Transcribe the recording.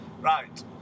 Right